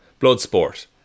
Bloodsport